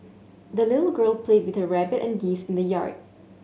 the little girl played with her rabbit and geese in the yard